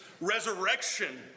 resurrection